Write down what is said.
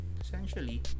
essentially